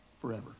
forever